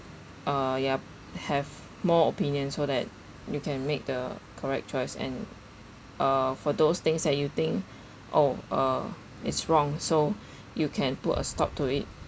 uh yup have more opinion so that you can make the correct choice and uh for those things that you think oh uh it's wrong so you can put a stop to it